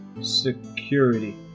Security